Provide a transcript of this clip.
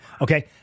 Okay